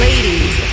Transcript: Ladies